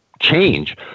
change